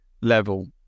level